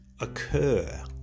occur